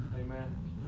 Amen